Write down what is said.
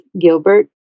Gilbert